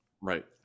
right